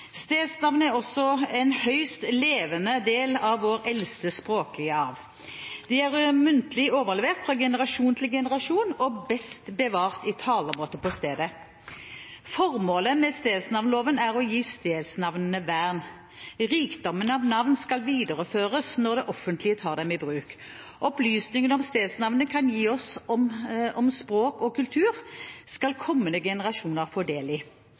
stedsnavn kan være en liten fortelling om hvordan vi bosatte landet, eller et glimt inn i våre forfedres levesett, gjøremål og tro. Stedsnavnene er også en høyst levende del av vår eldste språklige arv. De er muntlig overlevert fra generasjon til generasjon og best bevart i talemålet på stedet. Formålet med stedsnavnloven er å gi stedsnavnene vern. Rikdommen av navn skal videreføres når det offentlige tar dem i bruk. Opplysningene som stedsnavnene kan